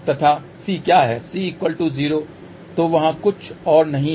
तथा C क्या है C0 तो वहाँ कुछ और नहीं है